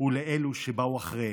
ולאלו שבאו אחריהן.